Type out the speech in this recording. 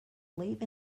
believe